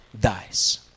dies